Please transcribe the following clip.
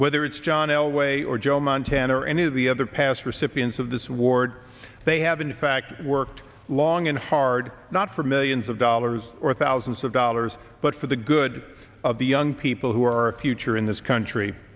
whether it's john elway or joe montana or any of the other past recipients of the sward they have in fact worked long and hard not for millions of dollars or thousands of dollars but for the good of the young people who are a future in this country